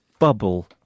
bubble